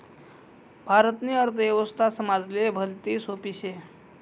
भारतनी अर्थव्यवस्था समजाले भलती सोपी शे